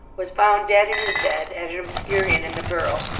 was found dead in his bed at an obscure inn in the borough,